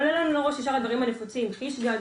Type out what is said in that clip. עולה לנו לראש ישר הדברים הנפוצים חיש-גד,